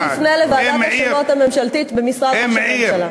אז תפנה לוועדת השמות הממשלתית במשרד ראש הממשלה.